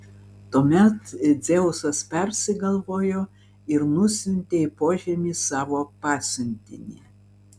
tuomet dzeusas persigalvojo ir nusiuntė į požemį savo pasiuntinį